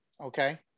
okay